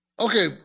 Okay